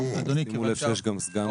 אצלכם אין סגן,